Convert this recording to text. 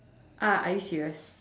ah are you serious